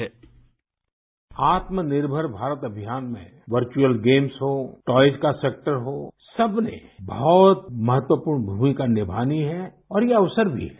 sound bite आत्मनिर्मर भारत अभियान में वर्चुअल गेम्स हों टॉय का सेक्टर हो सबने बहुत महत्वपूर्ण भूमिका निभानी है और ये अवसर भी है